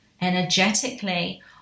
energetically